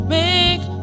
make